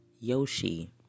Yoshi